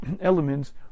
elements